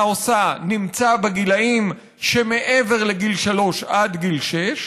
עושה נמצא בגילים שמעבר לגיל שלוש עד גיל שש.